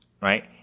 right